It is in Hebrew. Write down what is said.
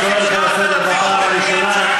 אני קורא אותך לסדר בפעם הראשונה.